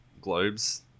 globes